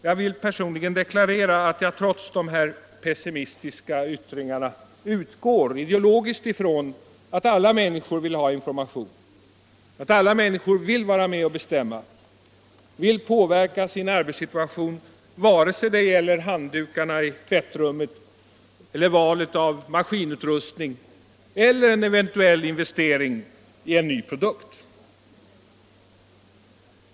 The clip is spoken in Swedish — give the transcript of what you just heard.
Jag vill personligen deklarera att jag trots de här pessimistiska yttringarna utgår ideologiskt ifrån att alla människor vill ha information, att alla människor vill vara med och bestämma, vill påverka sin arbetssituation, vare sig det gäller handdukarna i tvättrummet eller valet av maskinutrustning eller en eventuell investering i en ny produkt.